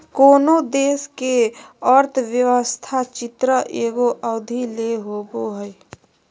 कोनो देश के अर्थव्यवस्था चित्र एगो अवधि ले होवो हइ